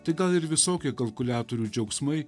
tai gal ir visokie kalkuliatorių džiaugsmai